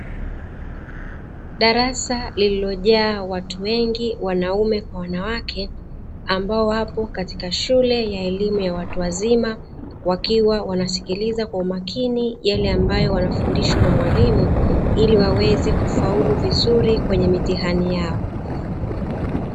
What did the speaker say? Darasa lililojaa watu wengi (wanaume kwa wanawake) ambao wapo katika shule ya elimu ya watu wazima, wakiwa wanasikiliza kwa umakini yale ambayo wanafundishwa na mwalimu ili waweze kufaulu vizuri kwenye mitihani yao.